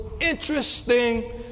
interesting